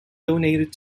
donated